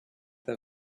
the